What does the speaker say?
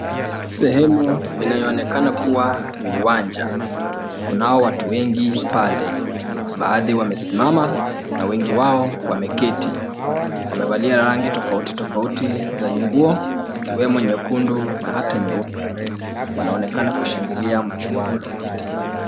Sehemu inayo onekana kuwa ni uwanja. Kunao watu wengi pale. Baadhi wamesimama na wengi wao wameketi. Wamevalia rangi tofauti tofauti za nguo, zikiwemo nyekundu na hata nyeupe. Wanaonekana kushangilia mchuano.